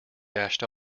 dashed